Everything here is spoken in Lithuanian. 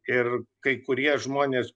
ir kai kurie žmonės